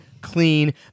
clean